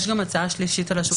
יש גם הצעה שלישית על השולחן,